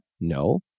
No